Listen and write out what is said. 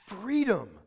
freedom